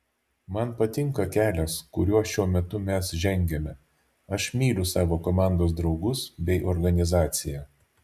man patinka kelias kuriuo šiuo metu mes žengiame aš myliu savo komandos draugus bei organizaciją